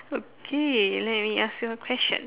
okay let me ask you a question